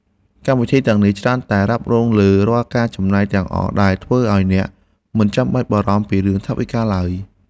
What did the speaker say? កម្មវិធីទាំងនេះច្រើនតែរ៉ាប់រងលើរាល់ការចំណាយទាំងអស់ដែលធ្វើឱ្យអ្នកមិនចាំបាច់បារម្ភពីរឿងថវិកាឡើយ។